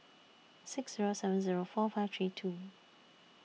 six Zero seven Zero four five three two